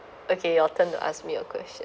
okay your turn to ask me a question